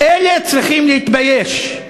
אלה צריכים להתבייש.